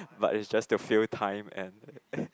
but it's just to fill time and